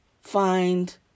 find